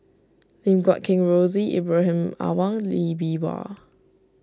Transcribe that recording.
Lim Guat Kheng Rosie Ibrahim Awang Lee Bee Wah